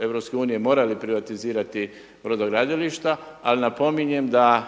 EU morali privatizirati brodogradilišta. Ali napominjem da